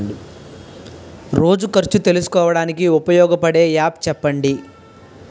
రోజు ఖర్చు తెలుసుకోవడానికి ఉపయోగపడే యాప్ చెప్పండీ?